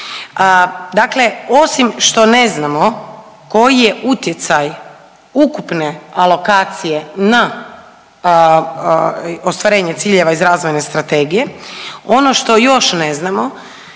Dakle osim što ne znamo koji je utjecaj ukupne alokacije na ostvarenje ciljeva iz razvojne strategije, ono što još ne znamo